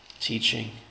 teaching